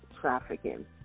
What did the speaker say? trafficking